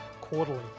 quarterly